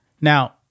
now